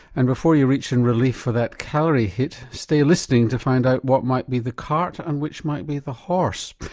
and before you reach in relief for that calorie hit, stay listening to find out what might be the cart and which might be the horse.